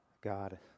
God